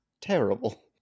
terrible